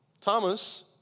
Thomas